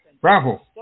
Bravo